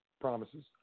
promises